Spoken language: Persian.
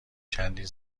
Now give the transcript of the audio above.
چندین